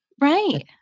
right